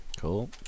Cool